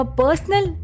personal